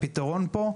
הפתרון פה,